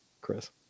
Chris